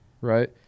right